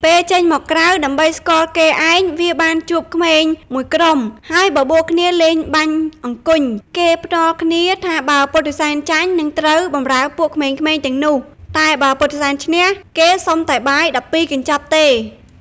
ពេលចេញមកក្រៅដើម្បីស្គាល់គេឯងវាបានជួបក្មេងមួយក្រុម ហើយបបួលគ្នាលេងបាញ់អង្គុញ គេភ្នាល់គ្នាថាបើពុទ្ធសែនចាញ់ នឹងត្រូវបម្រើពួកក្មេងៗទាំងនោះ តែបើពុទ្ធិសែនឈ្នះគេសុំតែបាយ១២កញ្ចប់ទេ។